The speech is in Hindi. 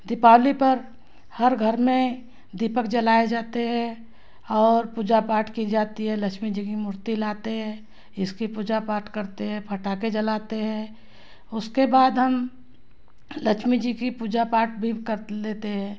दीपावली पर हर घर में दीपक जलाए जाते हैं और पूजा पाठ की जाती है लक्ष्मी जी मूर्ति लाते हैं इसकी पूजा पाठ करते हैं पटाखे जलाते हैं उसके बाद हम लक्ष्मी जी की पूजा पाठ भी कर लेते हैं